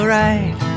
right